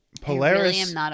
Polaris